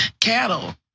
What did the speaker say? cattle